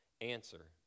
answer